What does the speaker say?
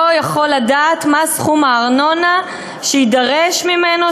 יכול לדעת מה סכום הארנונה שיידרש ממנו,